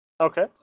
Okay